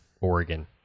Oregon